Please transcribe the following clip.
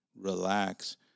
relax